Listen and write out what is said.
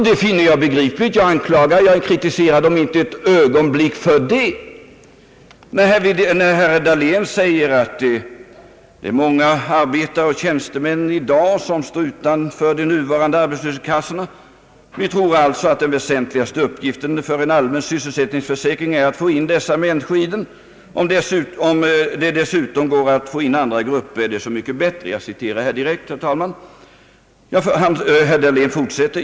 Det finner jag begripligt, och jag kritiserar dem inte ett ögonblick för det. Herr Dahlén säger bl.a.: »Många arbetare och tjänstemän står i dag utanför de nuvarande = arbetslöshetskassorna. Vi tror alltså att den väsentligaste uppgiften för en allmän sysselsättningsförsäkring är att få in dessa människor i den. Om det dessutom går att få in andra grupper, är det så mycket bättre.